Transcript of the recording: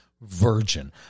virgin